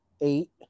Eight